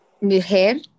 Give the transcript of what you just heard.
Mujer